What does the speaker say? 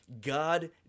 God